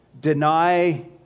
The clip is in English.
deny